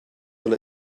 will